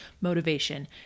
motivation